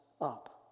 up